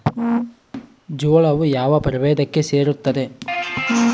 ಜೋಳವು ಯಾವ ಪ್ರಭೇದಕ್ಕೆ ಸೇರುತ್ತದೆ?